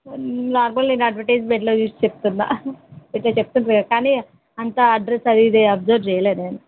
నాగోల్ నేను అడ్వటేజ్మెంట్లో చూసి చెప్తున్న ఇట్లా చెప్తుర్రు కానీ అంత అడ్రెస్ అది ఇది అబ్జ్ర్వ్ చేయలేదు నేను